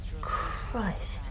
Christ